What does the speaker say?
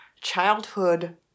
childhood